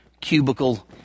cubicle